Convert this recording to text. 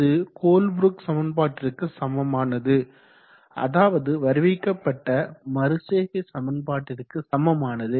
அது கோல்ப்ரூக் சமன்பாட்டிற்கு சமமானது அதாவது வருவிக்கப்பட்ட மறுசெய்கை சமன்பாட்டிற்கு சமமானது